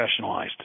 professionalized